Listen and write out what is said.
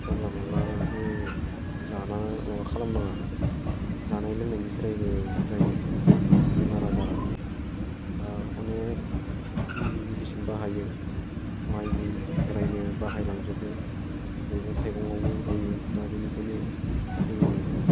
जानला मानलाबो जानानै माबा खालामनाङा जानाय लोंनायनिफ्रायबो जायो बेमार आजारा दा अनेक मुलि मेडिसिन बाहायो माइनिफ्रायनो बाहायलांजोबो मैगं थाइगङावबो होयो दा बेनिखायनो